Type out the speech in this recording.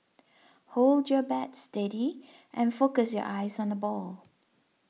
hold your bat steady and focus your eyes on the ball